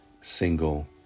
single